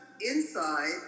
inside